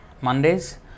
Mondays